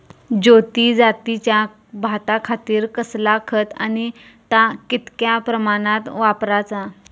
ज्योती जातीच्या भाताखातीर कसला खत आणि ता कितक्या प्रमाणात वापराचा?